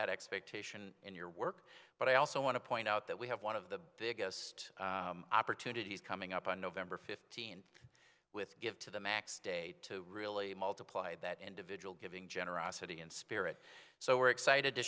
that expectation in your work but i also want to point out that we have one of the biggest opportunities coming up on november fifteenth with give to the max day to really multiply that individual giving generosity in spirit so we're excited to